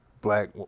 black